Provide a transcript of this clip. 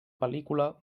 pel·lícula